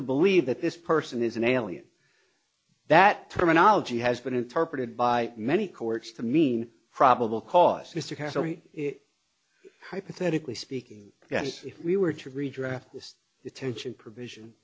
to believe that this person is an alien that terminology has been interpreted by many courts to mean probable cause mr castro is hypothetically speaking if we were to redraft this detention provision